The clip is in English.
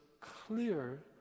clear